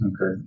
Okay